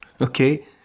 Okay